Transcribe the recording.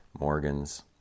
Morgan's